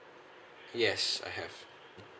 yes I have